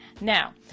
now